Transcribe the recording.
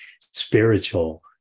spiritual